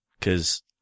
Cause